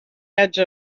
edge